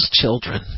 children